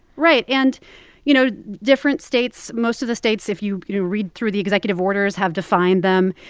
right. and you know, different states most of the states, if you you know read through the executive orders, have defined them.